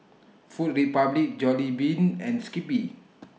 Food Republic Jollibean and Skippy